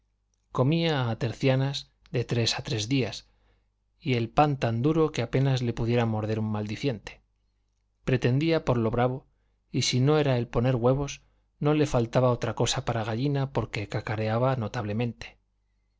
comía a tercianas de tres a tres días y el pan tan duro que apenas le pudiera morder un maldiciente pretendía por lo bravo y si no era el poner huevos no le faltaba otra cosa para gallina porque cacareaba notablemente